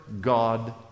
God